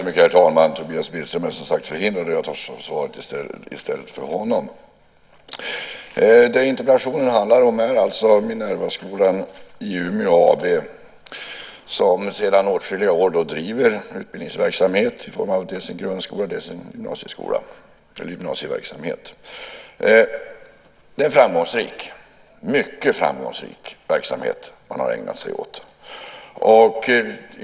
Herr talman! Tobias Billström är förhindrad och jag tar svaret i stället för honom. Det interpellationen handlar om är alltså Minervaskolan i Umeå, som sedan åtskilliga år bedriver utbildningsverksamhet i form av dels en grundskola, dels en gymnasieverksamhet. Det är en framgångsrik, mycket framgångsrik, verksamhet som man ägnar sig åt.